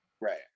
Right